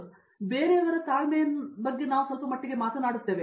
ನಾವು ಸಹ ಬೇರೆಯವರ ತಾಳ್ಮೆಯನ್ನು ಸ್ವಲ್ಪಮಟ್ಟಿಗೆ ಮಾತನಾಡುತ್ತೇವೆ